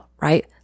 right